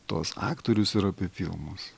tuos aktorius ir apie filmus